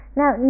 now